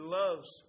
loves